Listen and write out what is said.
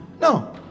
no